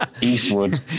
Eastwood